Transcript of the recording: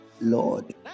Lord